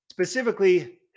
Specifically